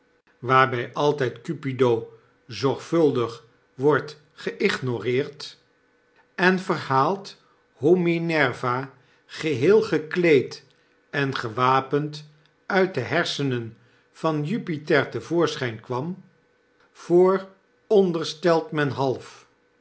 waarbg altjjd cupido zorgvuldig wordt geignoreerd en verhaalt hoe minerva geheel gekleed en gewapend uit de hersenen van jupiter te voorschp k warn vooronderstelt men half